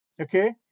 Okay